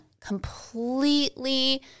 completely